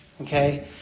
okay